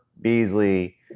Beasley